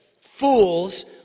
Fools